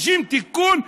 30 תיקונים,